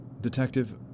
Detective